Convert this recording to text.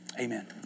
Amen